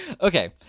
okay